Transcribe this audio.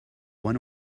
one